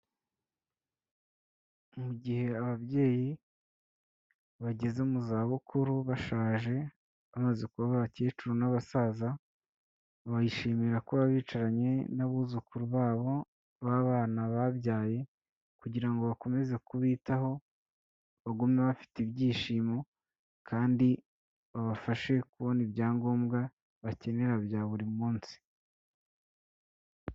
Mu gihe ababyeyi bageze mu zabukuru bashaje bamaze kuba abakecuru n'abasaza, bayishimira kuba abicaranye n'abuzukuru babo b'abana babyaye kugira ngo bakomeze kubitaho, bagume bafite ibyishimo kandi babafashe kubona ibyangombwa bakenera bya buri munsi.